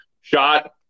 shot –